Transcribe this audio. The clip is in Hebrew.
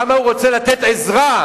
כמה הוא רוצה לתת עזרה.